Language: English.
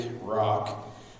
rock